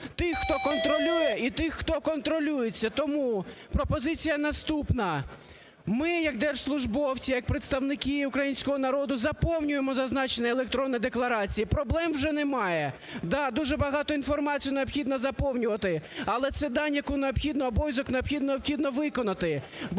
тих, хто контролює, і тих, хто контролюється? Тому пропозиція наступна. Ми як держслужбовці, як представники українського народу заповнюємось зазначені електронні декларації. Проблем вже немає. Да, дуже багато інформації необхідно заповнювати. Але це дань, яку необхідно, обов'язок, який необхідно виконати.